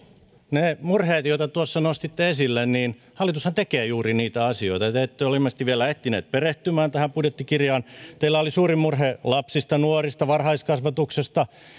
ne murheet joita tuossa nostitte esille hallitushan tekee juuri niitä asioita te ette ole ilmeisesti vielä ehtineet perehtymään tähän budjettikirjaan teillä oli suuri murhe lapsista nuorista varhaiskasvatuksesta